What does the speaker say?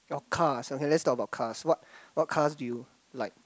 your cars okay let's talk about cars what what cars do you like